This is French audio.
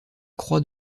croix